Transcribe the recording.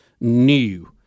new